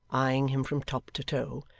eyeing him from top to toe,